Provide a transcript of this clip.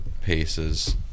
paces